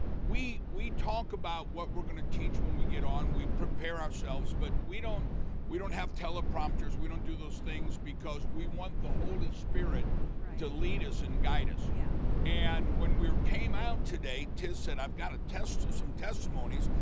we we talk about what we're gonna teach when we get on. we prepare ourselves, but we don't we don't have teleprompters. we don't do those things because we want the holy spirit right to lead us and guide us. yeah and when we came out today, tiz said, i've got some testimonies.